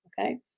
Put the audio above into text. okay